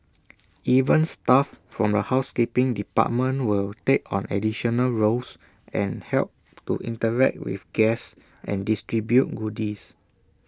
even staff from the housekeeping department will take on additional roles and help to interact with guests and distribute goodies